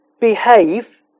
behave